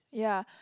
ya